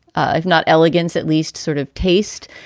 ah if not elegance, at least sort of taste.